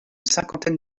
cinquantaine